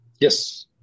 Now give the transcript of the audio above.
Yes